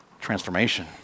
Transformation